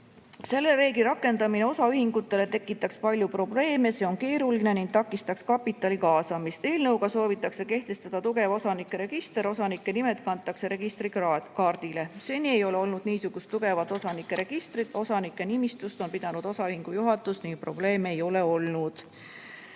Selle reegli rakendamine osaühingutele tekitaks palju probleeme – see on keeruline ning takistaks kapitali kaasamist. Eelnõuga soovitakse kehtestada tugev osanike register – osanike nimed kantakse registrikaardile. Seni ei ole olnud niisugust tugevat osanike registrit, osanike nimistut on pidanud osaühingu juhatus ning probleeme ei ole olnud.